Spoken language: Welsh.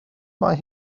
mae